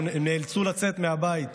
הם נאלצו לצאת מהבית.